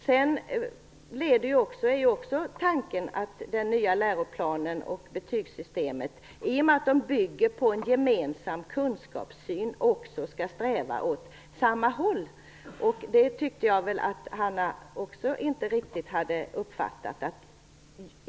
Tanken är också att den nya läroplanen och betygssystemet i och med att de bygger på en gemensam kunskapssyn också skall sträva åt samma håll. Inte heller detta tyckte jag att Hanna Zetterberg riktigt hade uppfattat.